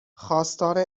خواستار